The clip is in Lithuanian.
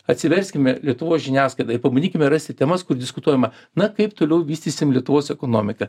atsiverskime lietuvos žiniasklaidą ir pabandykime rasti temas kur diskutuojama na kaip toliau vystysim lietuvos ekonomiką